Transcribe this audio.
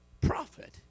profit